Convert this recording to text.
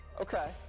Okay